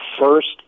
first